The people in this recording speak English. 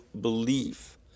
belief